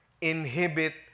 inhibit